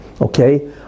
okay